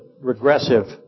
regressive